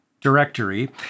directory